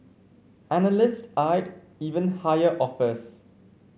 analysts eyed even higher offers